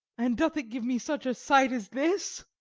and doth it give me such a sight as this?